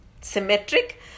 symmetric